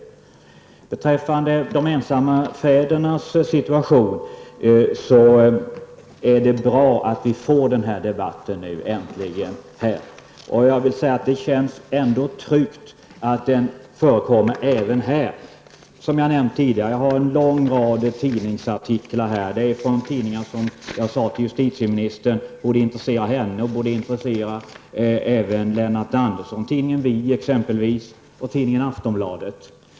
Vad beträffar de ensamma fädernas situation är det bra att vi nu äntligen får den här debatten. Det känns tryggt att den förs även här i kammaren. Som jag nämnde tidigare har det förts en lång debatt i en rad tidningar. Det är tidningar som jag sade till justitieministern borde intressera henne, och de borde intressera även Lennart Andersson. Det är t.ex. tidningen Vi och Aftonbladet.